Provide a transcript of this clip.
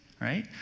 right